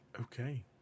Okay